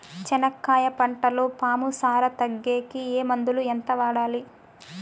చెనక్కాయ పంటలో పాము సార తగ్గేకి ఏ మందులు? ఎంత వాడాలి?